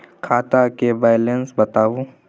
खाता के बैलेंस बताबू?